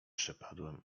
przepadłem